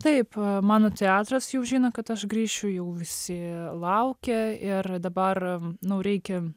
taip mano teatras jau žino kad aš grįšiu jau visi laukia ir dabar nu reikia